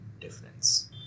difference